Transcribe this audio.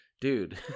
dude